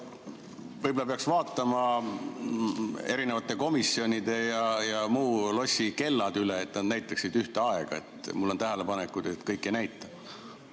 võib-olla peaks vaatama komisjonide ja lossi muud kellad üle, et nad näitaksid ühte aega. Mul on tähelepanekud, et kõik ei näita.